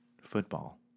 football